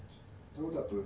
tahu tak apa